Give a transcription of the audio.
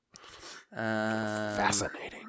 Fascinating